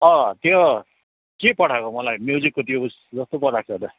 अँ त्यो के पठाएको मलाई म्युजिकको त्यो उस जस्तो पठाएको छ त